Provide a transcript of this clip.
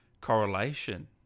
correlation